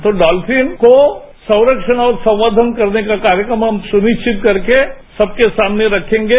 तो डॉलफिन को संख्यण और संक्षन करने का कार्यक्रम हम सुनिश्चित करके सबकेसामने रखेंगे